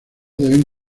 deben